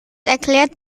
erklärt